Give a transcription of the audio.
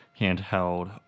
handheld